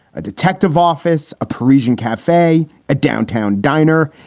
a detective office, a parisian cafe, a downtown diner.